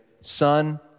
Son